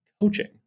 coaching